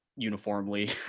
uniformly